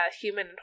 human